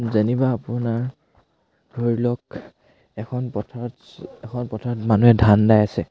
যেনিবা আপোনাৰ ধৰি লওক এখন পথাৰত এখন পথাৰত মানুহে ধান দাই আছে